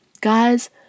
Guys